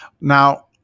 Now